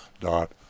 dot